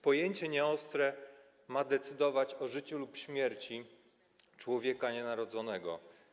Pojęcie nieostre ma decydować o życiu lub śmierci człowieka nienarodzonego.